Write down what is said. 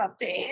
update